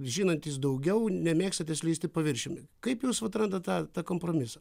žinantys daugiau nemėgstate slysti paviršiumi kaip jūs vat randat tą tą kompromisą